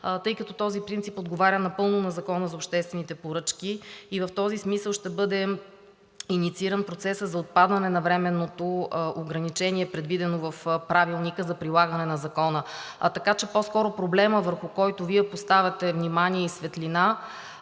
тъй като този принцип отговаря напълно на Закона за обществените поръчки, и в този смисъл ще бъде иницииран процесът за отпадане на временното ограничение, предвидено в Правилника за прилагане на Закона. Така че по-скоро проблемът, върху който Вие поставяте внимание и светлина,